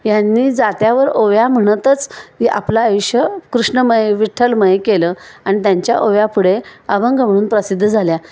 यांनी जात्यावर ओव्या म्हणतच आपल आयुष्य कृष्णमय विठ्ठलमय केलं आणि त्यांच्या ओव्या पुुढे अभंग म्हणून प्रसिद्ध झाल्या